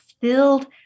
filled